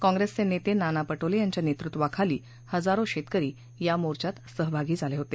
काँप्रेसचे नेते नाना पटोले यांच्या नेतृत्वाखाली हजारो शेतकरी या मोर्च्यात सहभागी झाले होते